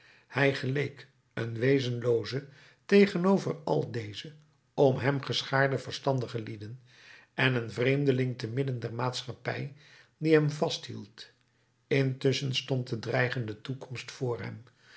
hij geleek een wezenlooze tegenover al deze om hem geschaarde verstandige lieden en een vreemdeling te midden der maatschappij die hem vasthield intusschen stond de dreigende toekomst voor hem